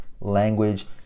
language